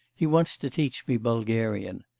he wants to teach me bulgarian.